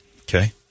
Okay